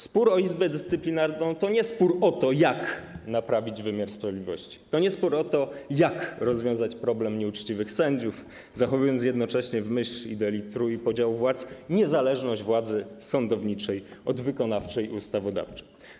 Spór o Izbę Dyscyplinarną to nie spór o to, jak naprawić wymiar sprawiedliwości, to nie spór o to, jak rozwiązać problem nieuczciwych sędziów, zachowując jednocześnie, w myśl idei trójpodziału władzy, niezależność władzy sądowniczej od wykonawczej i ustawodawczej.